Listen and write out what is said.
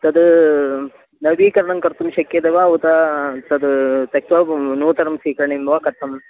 तद् नवीकरणं कर्तुं शक्यते वा उत तद् त्यक्त्वा नूतनं स्वीकरणीयं वा कथम्